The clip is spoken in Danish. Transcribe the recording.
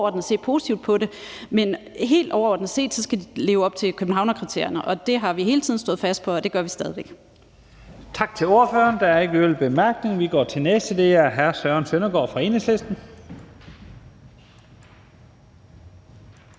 overordnet se positivt på det på. Men helt overordnet set skal de leve op til Københavnerkriterierne, og det har vi hele tiden stået fast på, og det gør vi stadig væk.